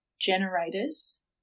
generators